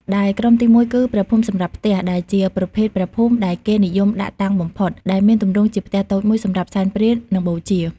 ដែលក្រុមទីមួយគឺ ព្រះភូមិសម្រាប់ផ្ទះ ដែលជាប្រភេទព្រះភូមិដែលគេនិយមដាក់តាំងបំផុត ដែលមានទម្រង់ជាផ្ទះតូចមួយសម្រាប់សែនព្រេន និងបូជា។